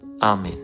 Amen